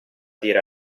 dire